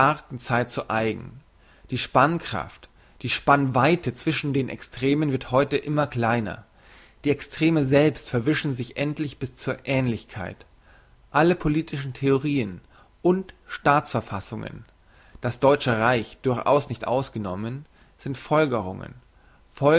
zeit zu eigen die spannkraft die spannweite zwischen den extremen wird heute immer kleiner die extreme selbst verwischen sich endlich bis zur ähnlichkeit alle unsre politischen theorien und staats verfassungen das deutsche reich durchaus nicht ausgenommen sind folgerungen